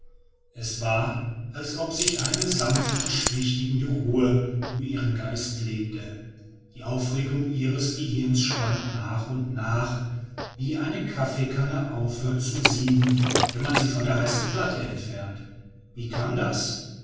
es war als ob sich eine sanft beschwichtigende ruhe über ihren geist legte die aufregung ihres gehirns schwand nach und nach wie eine kaffeekanne aufhört zu sieden wenn man sie von der heißen platte entfernt wie kam das